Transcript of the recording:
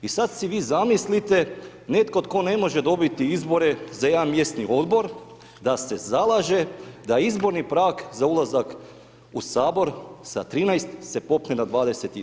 I sada si vi zamislite netko tko ne može dobiti izbore za jedan mjesni odbor da se zalaže da izborni prag za ulazak u Sabor sa 13 se popne na 20 tisuća.